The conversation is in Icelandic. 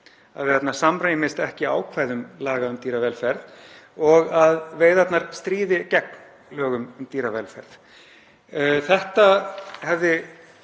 að veiðarnar samræmist ekki ákvæðum laga um dýravelferð og að veiðarnar stríði gegn lögum um dýravelferð. Þetta hefði